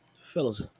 Fellas